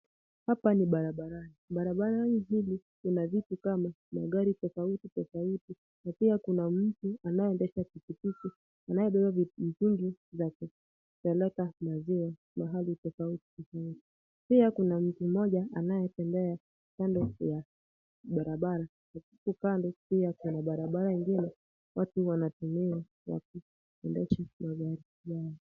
Hapa ni barabarani, barabara hili lina vitu kama magari tofauti tofauti. Na pia kuna mtu anayeendesha pikipiki anayebeba mtungi ya kupeleka maziwa mahali tofauti tofauti. Pia kuna mtu mmoja anayetembea kando ya barabara. Upande pia kuna barabara ingine, watu wanatumia kuendesha magari yao.